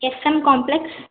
S M complex